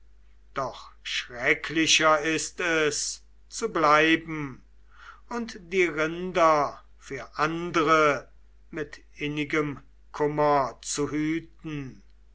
doch schrecklicher ist es zu bleiben und die rinder für andre mit innigem kummer zu hüten